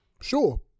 sure